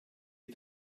gyd